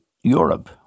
Europe